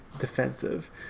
defensive